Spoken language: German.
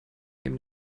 neben